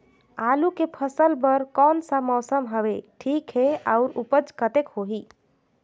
आलू के फसल बर कोन सा मौसम हवे ठीक हे अउर ऊपज कतेक होही?